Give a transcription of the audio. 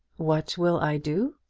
what will i do!